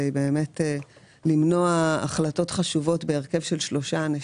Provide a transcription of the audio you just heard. לראות אם הן נמצאות באזורים עם קבוצות סיכון גבוהות יותר?